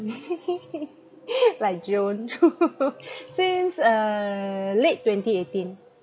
like joan since uh late twenty eighteen